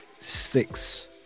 six